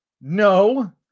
no